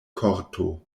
korto